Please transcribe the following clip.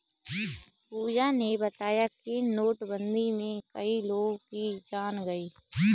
पूजा ने बताया कि नोटबंदी में कई लोगों की जान गई